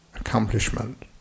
accomplishment